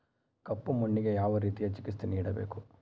ಕಪ್ಪು ಮಣ್ಣಿಗೆ ಯಾವ ರೇತಿಯ ಚಿಕಿತ್ಸೆ ನೇಡಬೇಕು?